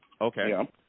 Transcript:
Okay